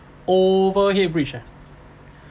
overhead bridge ah